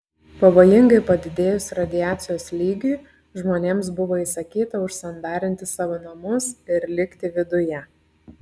pavojingai padidėjus radiacijos lygiui žmonėms buvo įsakyta užsandarinti savo namus ir likti viduje